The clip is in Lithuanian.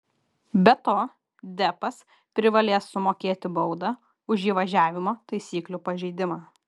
be to deppas privalės sumokėti baudą už įvažiavimo taisyklių pažeidimą